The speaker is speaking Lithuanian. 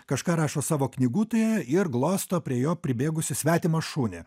kažką rašo savo knygutę ir glosto prie jo pribėgusį svetimą šunį